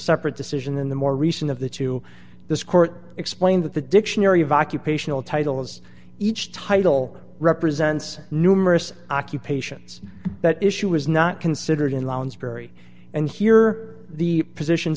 separate decision in the more recent of the two this court explained that the dictionary of occupational titles each title represents numerous occupations that issue is not considered in lounsbury and here the positions